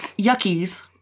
Yuckies